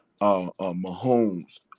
Mahomes